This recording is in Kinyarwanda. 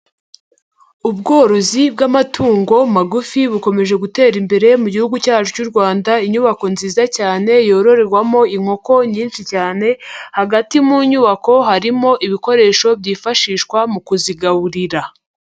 Ubworozi bw'amatungo magufi bukomeje gutera imbere mu gihugu cyacu cy'u Rwanda, inyubako nziza cyane yororerwamo inkoko nyinshi cyane, hagati mu nyubako harimo ibikoresho byifashishwa mu kuzigaburira.